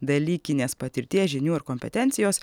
dalykinės patirties žinių ir kompetencijos